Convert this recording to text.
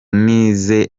nize